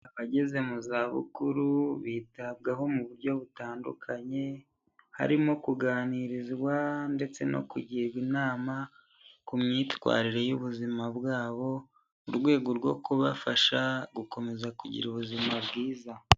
Abageze mu zabukuru bitabwaho mu buryo butandukanye, harimo kuganirizwa ndetse no kugirwa inama ku myitwarire y'ubuzima bwabo mu rwego rwo kubafasha gukomeza kugira ubuzima bwiza.